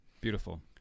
Beautiful